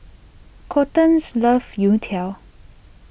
Colten's loves Youtiao